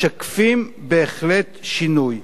משקפים בהחלט שינוי.